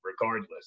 regardless